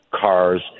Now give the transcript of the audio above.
cars